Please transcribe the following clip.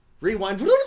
Rewind